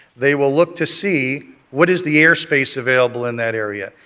they will look to see what is the airspace available in that area.